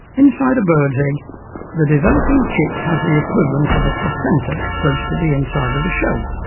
inside a bird's egg the developing chick has the equivalent of a placenta close to the inside of the shell.